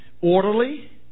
orderly